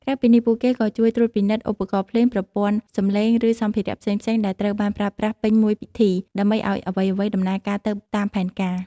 ក្រៅពីនេះ ពួកគេក៏ជួយត្រួតពិនិត្យ ឧបករណ៍ភ្លេង ប្រព័ន្ធសំឡេង ឬ សម្ភារៈផ្សេងៗ ដែលត្រូវបានប្រើប្រាស់ពេញមួយពិធី ដើម្បីឱ្យអ្វីៗដំណើរការទៅតាមផែនការ។